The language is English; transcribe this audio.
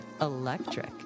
Electric